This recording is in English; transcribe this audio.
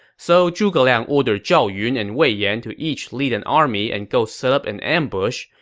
so zhuge liang ordered zhao yun and wei yan to each lead an army and go set up an ambush.